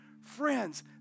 friends